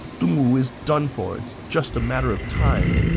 dongwu is done for it's just a matter of time.